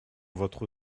votre